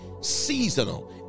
seasonal